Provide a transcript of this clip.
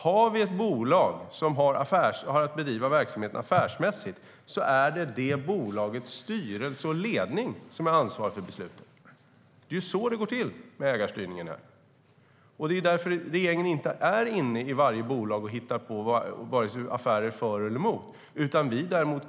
Om vi har ett bolag som har att bedriva verksamhet affärsmässigt är det bolagets styrelse och ledning som är ansvariga för besluten. Det är så ägarstyrningen går till. Regeringen går inte in i varje bolag och hittar på affärer vare sig för eller emot.